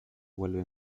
vuelve